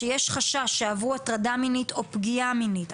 שיש חשש שעברו הטרדה מינית או פגיעה מינית,